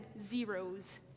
zeros